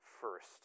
first